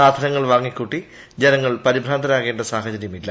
സാധനങ്ങൾ വാങ്ങിക്കൂട്ടി ജനങ്ങൾ പരിഭ്രാന്തരാകേണ്ട സാഹചര്യമില്ല